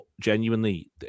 genuinely